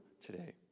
today